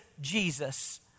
Jesus